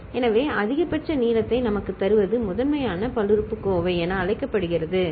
எனவே அதிகபட்ச நீளத்தை நமக்குத் தருவது முதன்மையான பல்லுறுப்புக்கோவை என அழைக்கப்படுகிறது சரி